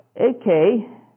Okay